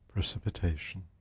Precipitation